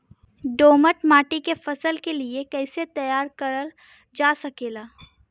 दोमट माटी के फसल के लिए कैसे तैयार करल जा सकेला?